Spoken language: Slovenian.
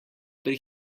pri